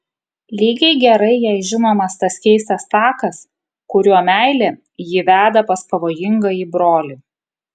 lygiai gerai jai žinomas tas keistas takas kuriuo meilė jį veda pas pavojingąjį brolį